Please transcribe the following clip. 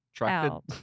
out